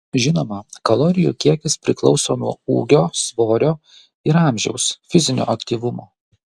žinoma kalorijų kiekis priklauso nuo ūgio svorio ir amžiaus fizinio aktyvumo